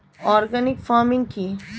Organic farming কি?